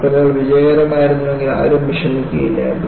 കപ്പലുകൾ വിജയകരമായിരുന്നുവെങ്കിൽ ആരും വിഷമിക്കുക ഇല്ലായിരുന്നു